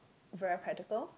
very practical